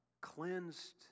cleansed